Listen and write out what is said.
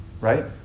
right